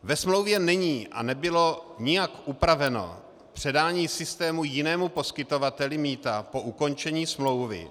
Ve smlouvě není a nebylo nijak upraveno předání systému jinému poskytovateli mýta po ukončení smlouvy.